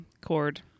cord